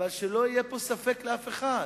אבל שלא יהיה פה ספק לאף אחד: